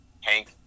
Hank